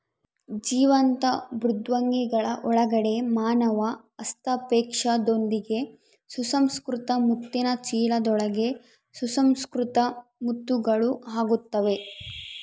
ಜೀವಂತ ಮೃದ್ವಂಗಿಗಳ ಒಳಗಡೆ ಮಾನವ ಹಸ್ತಕ್ಷೇಪದೊಂದಿಗೆ ಸುಸಂಸ್ಕೃತ ಮುತ್ತಿನ ಚೀಲದೊಳಗೆ ಸುಸಂಸ್ಕೃತ ಮುತ್ತುಗಳು ಆಗುತ್ತವೆ